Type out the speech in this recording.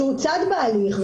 שהוא צד בהליך,